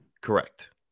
correct